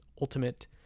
ultimate